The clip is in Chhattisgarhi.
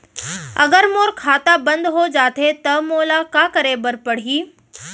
अगर मोर खाता बन्द हो जाथे त मोला का करे बार पड़हि?